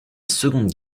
seconde